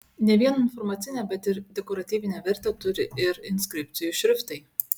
ne vien informacinę bet ir dekoratyvinę vertę turi ir inskripcijų šriftai